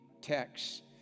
text